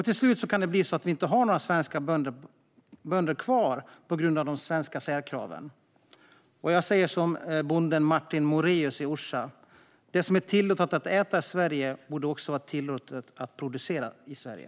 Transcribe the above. Till slut kan det bli så att vi inte har några svenska bönder kvar på grund av de svenska särkraven. Jag säger som bonden Martin Moraeus i Orsa: Det som är tillåtet att äta i Sverige borde också vara tillåtet att producera i Sverige.